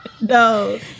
no